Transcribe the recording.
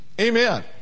Amen